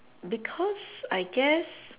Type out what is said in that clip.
because I guess